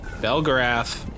Belgarath